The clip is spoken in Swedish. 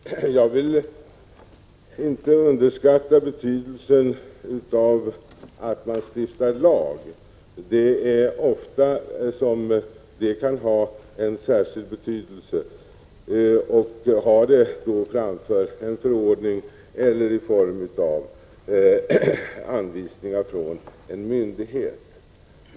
Fru talman! Jag vill inte underskatta betydelsen av att man stiftar lag. Det kan ofta ha en särskild betydelse i jämförelse med en förordning eller anvisningar från en myndighet.